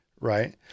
Right